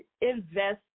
Invest